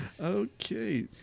okay